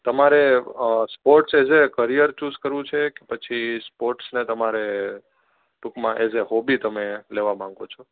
તમારે sports as a career choose કરવું છે કે પછી સ્પોટ્સને તમારે ટૂંકમાં એસ આ હોબી તમે લેવા માંગો છો